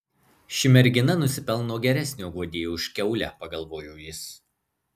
ši mergina nusipelno geresnio guodėjo už kiaulę pagalvojo jis